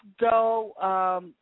go